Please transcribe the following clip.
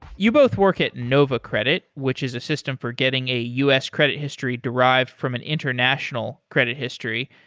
you both work at nova credit, which is a system for getting a us credit history derived from an international credit history,